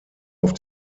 auf